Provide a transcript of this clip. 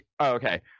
okay